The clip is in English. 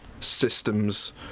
systems